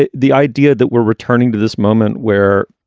ah the idea that we're returning to this moment where,